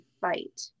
fight